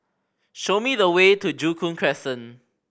show me the way to Joo Koon Crescent